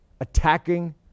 attacking